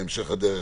בהמשך הדרך.